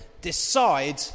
decide